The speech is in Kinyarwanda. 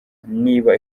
niba